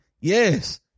yes